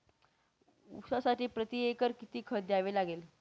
ऊसासाठी प्रतिएकर किती खत द्यावे लागेल?